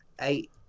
eight